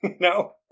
No